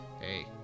hey